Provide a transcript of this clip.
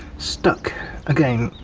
stuck again.